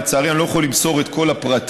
לצערי, אני לא יכול למסור את כל הפרטים.